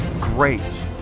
Great